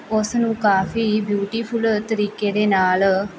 ਉਸ ਨੂੰ ਕਾਫ਼ੀ ਬਿਊਟੀਫੁਲ ਤਰੀਕੇ ਦੇ ਨਾਲ